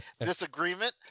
disagreement